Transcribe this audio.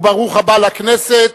וברוך הבא לכנסת,